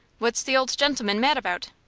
what's the old gentleman mad about?